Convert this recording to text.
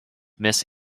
miss